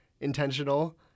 intentional